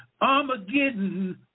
Armageddon